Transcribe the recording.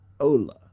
hola